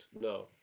No